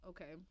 Okay